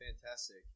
Fantastic